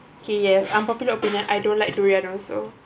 k ya unpopular opinion I don't like durian also